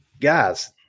guys